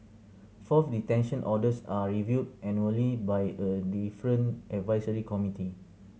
fourth detention orders are reviewed annually by a different advisory committee